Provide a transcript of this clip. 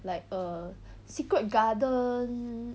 like err secret garden